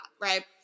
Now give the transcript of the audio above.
Right